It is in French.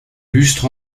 lustre